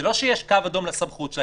זה לא שיש קו אדום לסמכות שלה,